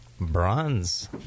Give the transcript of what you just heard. bronze